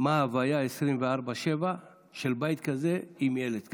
מה ההוויה 24/7 של בית כזה עם ילד כזה.